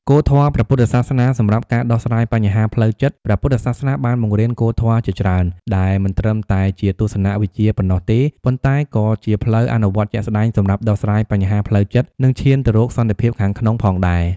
គោលធម៌ព្រះពុទ្ធសាសនាសម្រាប់ការដោះស្រាយបញ្ហាផ្លូវចិត្ត ព្រះពុទ្ធសាសនាបានបង្រៀនគោលធម៌ជាច្រើន ដែលមិនត្រឹមតែជាទស្សនវិជ្ជាប៉ុណ្ណោះទេ ប៉ុន្តែក៏ជាផ្លូវអនុវត្តជាក់ស្តែងសម្រាប់ដោះស្រាយបញ្ហាផ្លូវចិត្ត និងឈានទៅរកសន្តិភាពខាងក្នុងផងដែរ។